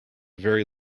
very